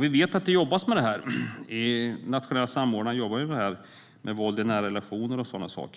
Vi vet att det jobbas med detta och att den nationella samordnaren arbetar mot våld i nära relationer.